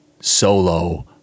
solo